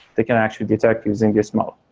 they can actually detect using this mode.